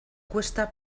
cuesta